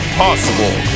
possible